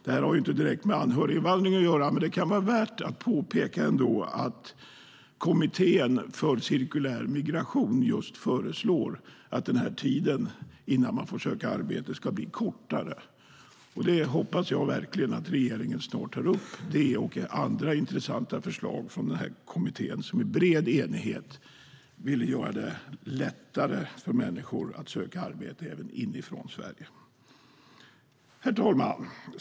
Det här har inte direkt med anhöriginvandring att göra, men det kan vara värt att påpeka att kommittén för cirkulär migration just föreslår att tiden innan man får söka arbete ska bli kortare. Det hoppas jag verkligen att regeringen snart tar upp - det och andra intressanta förslag från den här kommittén, som i bred enighet vill göra det lättare för människor att söka arbete även inifrån Sverige. Herr talman!